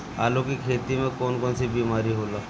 आलू की खेती में कौन कौन सी बीमारी होला?